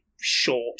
short